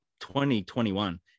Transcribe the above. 2021